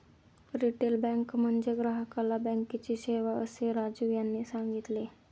retail bank म्हणजे ग्राहकाला बँकेची सेवा, असे राजीव यांनी सांगितले